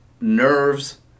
nerves